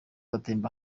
atemba